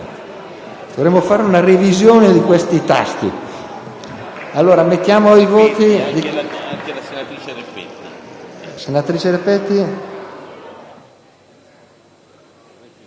Dovremmo fare una revisione di questi tasti!